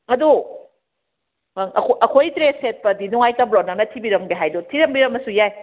ꯑꯗꯣ ꯑꯩꯈꯣꯏ ꯗ꯭ꯔꯦꯁ ꯁꯦꯠꯄꯗꯤ ꯅꯨꯡꯉꯥꯏꯇꯕ꯭ꯔꯣ ꯅꯪꯅ ꯊꯤꯕꯤꯔꯝꯒꯦ ꯍꯥꯏꯗꯣ ꯊꯤꯔꯝꯕꯤꯔꯝꯃꯁꯨ ꯌꯥꯏ